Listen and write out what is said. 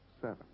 seven